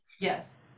Yes